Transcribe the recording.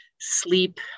sleep